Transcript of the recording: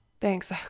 thanks